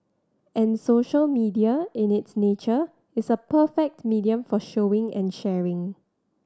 and social media in its nature is a perfect medium for showing and sharing